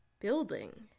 building